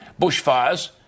bushfires